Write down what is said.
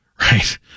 Right